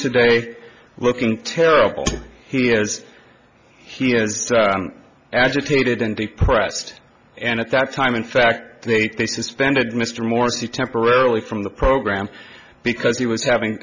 today looking terrible he is he has agitated and depressed and at that time in fact they suspended mr morsi temporarily from the program because he was having